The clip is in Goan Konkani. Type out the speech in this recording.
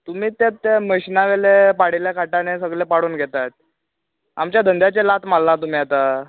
तुमी तेत त्या मशीना वयल्या पाडेल्याक हाडटाय आनी सगळें पाडून घेताय आमच्या धंद्याचेर लात मारला तुमी आता